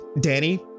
Danny